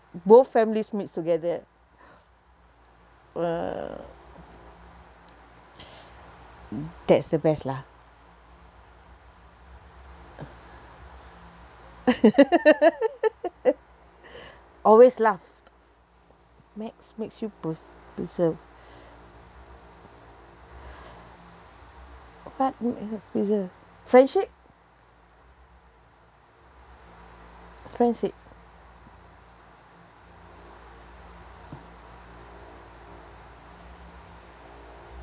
both families mix together ah that's the best lah always laugh makes makes you per~ preserve what is preserve friendship friendship